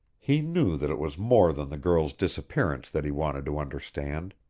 he knew that it was more than the girl's disappearance that he wanted to understand.